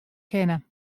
kinne